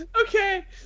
Okay